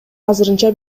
азырынча